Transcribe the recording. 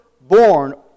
born